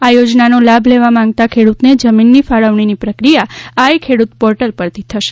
આ યોજના નો લાભ લેવા માંગતા ખેડૂતને જમીનની ફાળવણીની પ્રક્રિયા આઇ ખેડૂત પોર્ટલ પરથી થશે